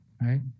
Right